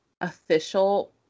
official